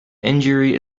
injury